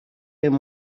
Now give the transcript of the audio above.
them